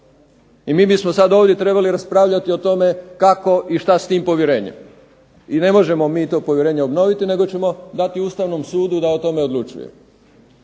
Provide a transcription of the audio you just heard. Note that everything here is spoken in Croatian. I mi bismo sada ovdje trebali raspravljati o tome, kako i što s tim povjerenjem. I ne možemo mi to povjerenje obnoviti nego ćemo dati Ustavnom sudu da o tome odlučuje.